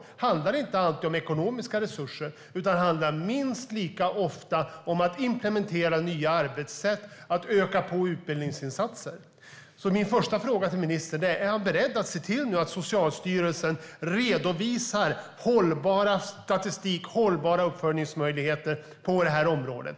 Det handlar inte alltid om ekonomiska resurser, utan det handlar minst lika ofta om att implementera nya arbetssätt och öka på utbildningsinsatser. Min första fråga till ministern är därför om han nu är beredd att se till att Socialstyrelsen redovisar hållbar statistik och hållbara uppföljningsmöjligheter på det här området.